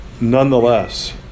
nonetheless